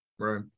Right